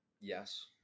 yes